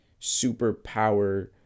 superpower